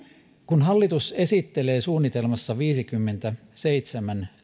kun hallitus esittelee suunnitelmassa viisikymmentäseitsemän